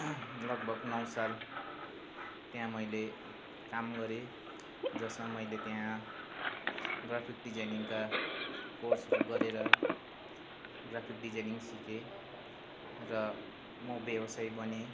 लगभग नौ साल त्यहाँ मैले काम गरेँ जसमा मैले त्यहाँ ग्राफिक डिजाइनिङका कोर्सहरू गरेर ग्राफिक डिजाइनिङ सिकेँ र म व्यवसायिक बने